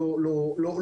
נבדקה ואושרה,